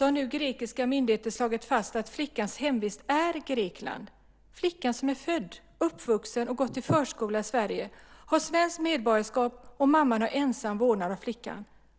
har nu grekiska myndigheter slagit fast att flickans hemvist är Grekland. Det är en flicka som är född, uppvuxen och gått i förskola i Sverige, har svenskt medborgarskap, och mamman har ensam vårdnad om flickan.